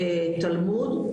תלמוד,